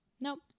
Nope